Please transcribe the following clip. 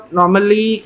normally